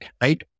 right